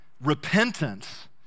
repentance